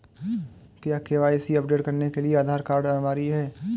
क्या KYC update करने के लिए आधार कार्ड अनिवार्य है?